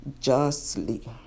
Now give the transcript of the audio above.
justly